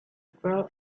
felt